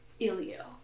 Ilio